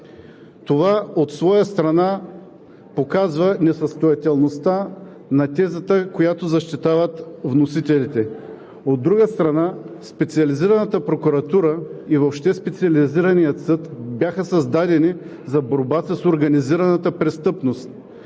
Това от своя страна показва несъстоятелността на тезата, която защитават вносителите. От друга страна, Специализираната прокуратура и въобще Специализираният съд бяха създадени за борба с организираната престъпност.